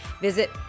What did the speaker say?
Visit